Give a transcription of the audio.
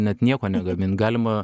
net nieko negamint galima